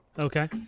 Okay